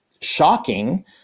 shocking